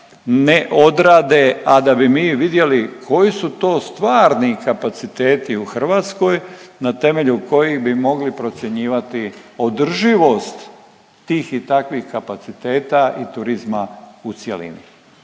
ne odrade, a da bi mi vidjeli koji su stvarni kapaciteti u Hrvatskoj na temelju kojih bi mogli procjenjivati održivost tih i takvih kapaciteta i turizma u cjelini.